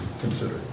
consider